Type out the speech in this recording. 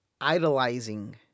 idolizing